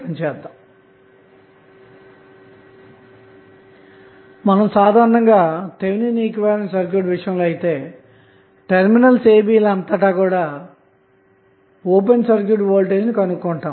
కాబట్టి మనం సాధారణంగా థెవెనిన్ ఈక్వివలెంట్ సర్క్యూట్ విషయంలో అయితే టెర్మినల్ a b అంతటా ఓపెన్ సర్క్యూట్ వోల్టేజ్ ను కనుగొంటాము